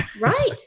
Right